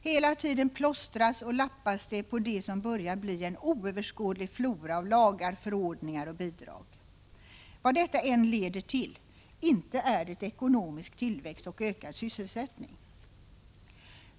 Hela tiden plåstras och lappas det på det som börjar bli en oöverskådlig flora av lagar, förordningar och bidrag. Vad detta än leder till, inte är det ekonomisk tillväxt och ökad sysselsättning.